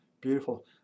beautiful